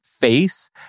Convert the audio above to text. face